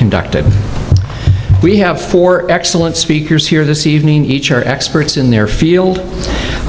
conducted we have four excellent speakers here this evening each are experts in their field